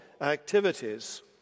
activities